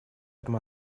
этом